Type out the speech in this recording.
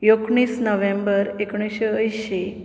एकुणीस नोव्हेंबर एकुणशे अयंशी